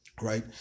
right